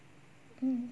mm